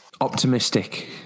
Optimistic